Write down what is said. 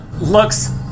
looks